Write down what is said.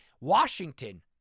Washington